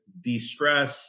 de-stress